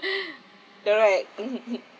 correct